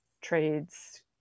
trades